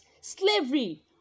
slavery